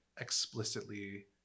explicitly